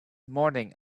morning